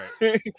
Right